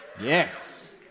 Yes